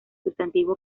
sustantivo